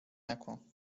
نکن